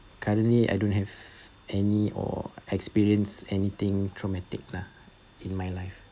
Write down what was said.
currently I don't have any or experience anything traumatic lah in my life